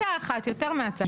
לא הצעה אחת, יותר מהצעה אחת.